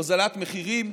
הורדת מחירים,